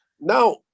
Now